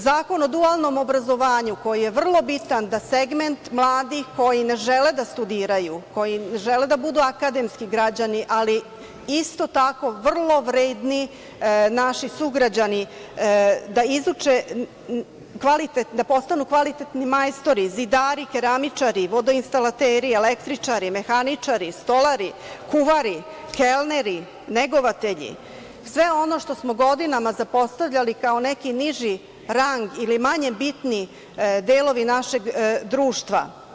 Zakon o dualnom obrazovanju, koji je vrlo bitan da segment mladih koji ne žele da studiraju, koji ne žele da budu akademski građani, ali isto tako vrlo vredni naši sugrađani, da izuče da postanu kvalitetni majstori, zidari, keramičari, vodoinstalateri, električari, mehaničari, stolari, kuvari, kelneri, negovatelji, sve ono što smo godinama zapostavljali kao neki niži rang ili manje bitni delovi našeg društva.